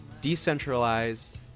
decentralized